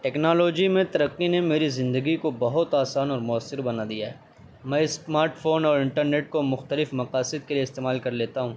technology میں ترقی نے میری زندگی کو بہت آسان اور مؤثر بنا دیا ہے میں اسماٹ فون اور انٹرنیٹ کو مختلف مقاصد کے لیے استعمال کر لیتا ہوں